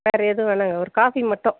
வேறு எதுவும் வேணாங்க ஒரு காஃபி மட்டும்